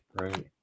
right